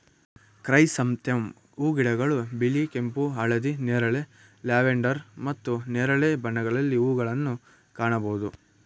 chrysanthemum ಹೂಗಿಡಗಳು ಬಿಳಿ, ಕೆಂಪು, ಹಳದಿ, ನೇರಳೆ, ಲ್ಯಾವೆಂಡರ್ ಮತ್ತು ನೇರಳೆ ಬಣ್ಣಗಳಲ್ಲಿ ಹೂಗಳನ್ನು ಕಾಣಬೋದು